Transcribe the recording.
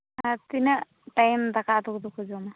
ᱟᱨ ᱛᱤᱱᱟᱹᱜ ᱴᱟᱹᱭᱤᱢ ᱫᱟᱠᱟ ᱩᱛᱩ ᱠᱚᱫᱚ ᱠᱚ ᱡᱚᱢᱟ